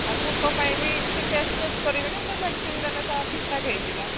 sir ଭୋକ ପାଇଁ ବି କିଛି ଟେଷ୍ଟ୍ ଫେଷ୍ଟ୍ କରିବି ନା ସେ ମେଡ଼ିସିନ୍ ଦେଲେ ସାର୍ ଠିକ୍ ଠାକ୍ ହେଇଯିବ